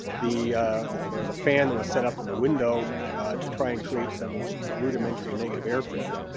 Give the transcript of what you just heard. the there was a fan that was set up in the window to try and create some rudimentary negative airflow,